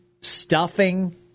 stuffing